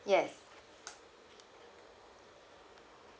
yes